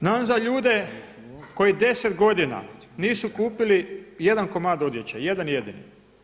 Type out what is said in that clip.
Znam za ljude koji deset godina nisu kupili jedan komad odjeće, jedan jedini.